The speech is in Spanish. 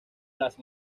las